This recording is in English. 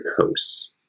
coasts